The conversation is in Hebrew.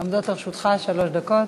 עומדות לרשותך שלוש דקות.